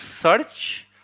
search